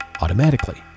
automatically